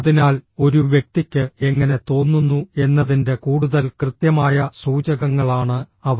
അതിനാൽ ഒരു വ്യക്തിക്ക് എങ്ങനെ തോന്നുന്നു എന്നതിന്റെ കൂടുതൽ കൃത്യമായ സൂചകങ്ങളാണ് അവ